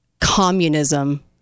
communism